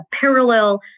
parallel